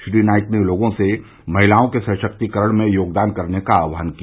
श्री नाईक ने लोगों से महिलाओं के सशक्तिकरण में योगदान करने का आह्वान किया